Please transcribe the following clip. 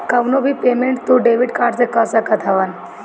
कवनो भी पेमेंट तू डेबिट कार्ड से कअ सकत हवअ